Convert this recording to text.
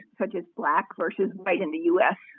such as black versus white in the u s,